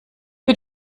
wir